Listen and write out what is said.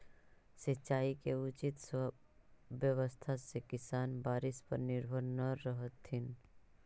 सिंचाई के उचित व्यवस्था से किसान बारिश पर निर्भर न रहतथिन